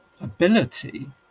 ability